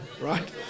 right